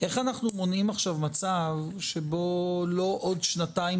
איך אנחנו מונעים עכשיו מצב שבו לא עוד שנתיים